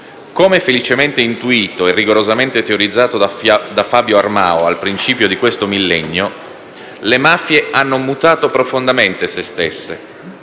Come felicemente intuito e rigorosamente teorizzato da Fabio Armao al principio di questo millennio, le mafie hanno mutato profondamente se stesse,